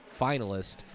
finalist